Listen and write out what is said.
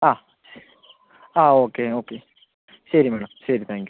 ആ ആ okay okay ശരി മേഡം ശരി തേങ്ക് യു